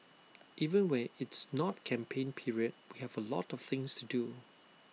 even when it's not campaign period we have A lot of things to do